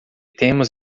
temos